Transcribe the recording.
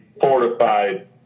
fortified